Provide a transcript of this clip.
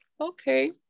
Okay